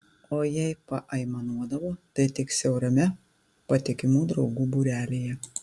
o jei paaimanuodavo tai tik siaurame patikimų draugų būrelyje